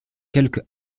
quelque